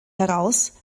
heraus